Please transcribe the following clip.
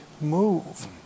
move